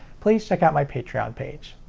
please check out my patreon page!